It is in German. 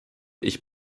ich